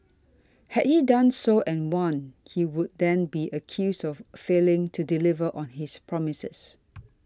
had he done so and won he would then be accused of failing to deliver on his promises